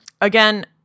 Again